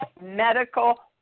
medical